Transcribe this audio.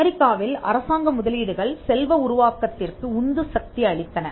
அமெரிக்காவில் அரசாங்க முதலீடுகள் செல்வ உருவாக்கத்திற்கு உந்து சக்தி அளித்தன